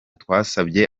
twasabye